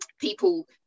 people